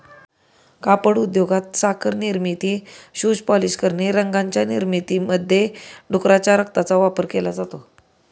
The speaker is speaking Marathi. कापड उद्योगात, साखर निर्मिती, शूज पॉलिश करणे, रंगांच्या निर्मितीमध्ये डुकराच्या रक्ताचा वापर केला जातो